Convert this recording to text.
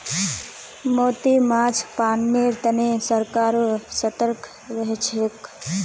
मोती माछ पालनेर तने सरकारो सतर्क रहछेक